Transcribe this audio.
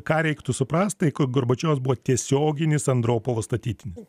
ką reiktų suprast tai kad gorbačiovas buvo tiesioginis andropovo statytinis